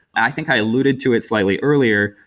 i think i alluded to it slightly earlier,